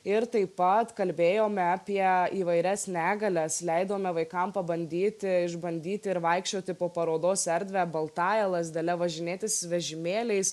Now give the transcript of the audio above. ir taip pat kalbėjome apie įvairias negalias leidome vaikam pabandyti išbandyti ir vaikščioti po parodos erdvę baltąja lazdele važinėtis vežimėliais